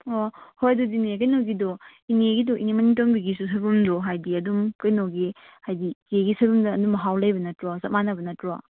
ꯑꯣ ꯍꯣꯏ ꯑꯗꯨꯗꯤꯅꯦ ꯀꯩꯅꯣꯒꯤꯗꯣ ꯏꯅꯦꯒꯤꯗꯣ ꯏꯅꯦ ꯃꯥꯅꯤꯇꯣꯝꯕꯤꯒꯤꯁꯨ ꯁꯣꯏꯕꯨꯝꯗꯣ ꯍꯥꯏꯗꯤ ꯑꯗꯨꯝ ꯀꯩꯅꯣꯒꯤ ꯍꯥꯏꯗꯤ ꯏꯆꯦꯒꯤ ꯁꯣꯏꯕꯨꯝꯒ ꯑꯗꯨꯝ ꯃꯍꯥꯎ ꯂꯩꯕ ꯅꯠꯇꯔꯣ ꯆꯞ ꯃꯥꯟꯅꯕ ꯅꯠꯇ꯭ꯔꯣ